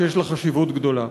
שיש לה חשיבות גדולה.